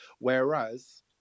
Whereas